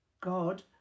God